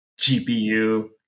GPU